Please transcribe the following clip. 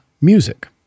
music